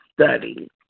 study